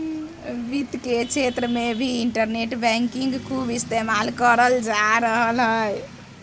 वित्त के क्षेत्र मे भी इन्टरनेट बैंकिंग खूब इस्तेमाल करल जा रहलय हें